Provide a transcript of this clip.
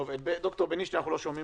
את ד"ר בנישתי אנחנו לא שומעים,